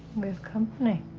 we have company.